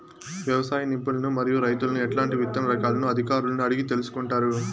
వ్యవసాయ నిపుణులను మరియు రైతులను ఎట్లాంటి విత్తన రకాలను అధికారులను అడిగి తెలుసుకొంటారు?